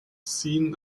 ziehen